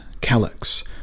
calyx